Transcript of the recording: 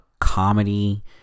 comedy